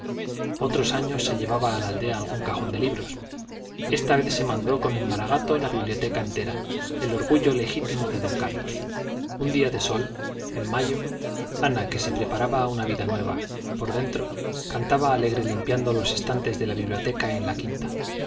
otros años se llevaba a la aldea algún cajón de libros esta vez se mandó con el maragato la biblioteca entera el orgullo legítimo de don carlos un día de sol en mayo ana que se preparaba a una vida nueva por dentro cantaba alegre limpiando los estantes de la biblioteca en la quinta